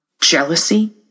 Jealousy